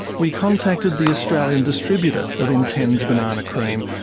we contacted the australian distributor of intenze banana cream,